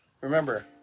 Remember